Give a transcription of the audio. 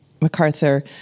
MacArthur